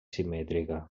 simètrica